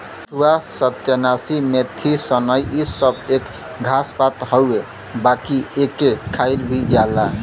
बथुआ, सत्यानाशी, मेथी, सनइ इ सब एक घास पात हउवे बाकि एके खायल भी जाला